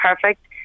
perfect